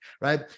right